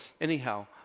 anyhow